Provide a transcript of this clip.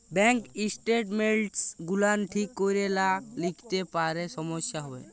bank statements গুলান ঠিক ক্যরে লা লিখলে পারে সমস্যা হ্যবে